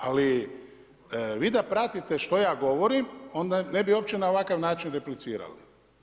Ali vi da pratite što ja govorim, onda ne bi uopće na ovakav način replicirali.